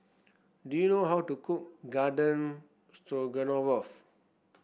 do you know how to cook Garden Stroganoff